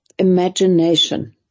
Imagination